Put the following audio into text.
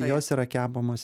jos yra kepamos